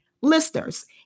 Listeners